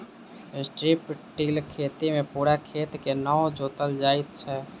strip till खेती मे पूरा खेत के नै जोतल जाइत छै